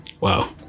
Wow